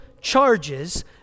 charges